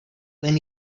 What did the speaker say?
when